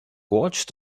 watched